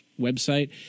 website